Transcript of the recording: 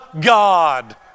God